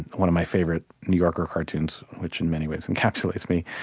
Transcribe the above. one of my favorite new yorker cartoons, which in many ways encapsulates me,